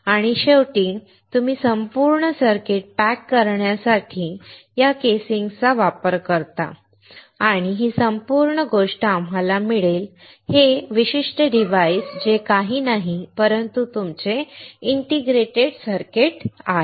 आणि शेवटी तुम्ही संपूर्ण सर्किट पॅक करण्यासाठी या केसिंगचा वापर करा आणि ही संपूर्ण गोष्ट आम्हाला मिळेल हे विशिष्ट डिव्हाइस जे काही नाही परंतु तुमचे इंटिग्रेटेड सर्किट आहे